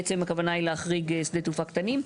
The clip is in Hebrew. בעצם הכוונה היא להחריג שדות תעופה קטנים.